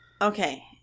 Okay